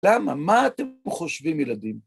למה? מה אתם חושבים, ילדים?